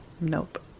Nope